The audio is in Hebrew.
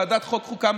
לוועדת החוקה,